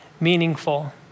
meaningful